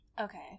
Okay